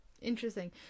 Interesting